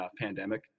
pandemic